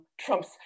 Trump's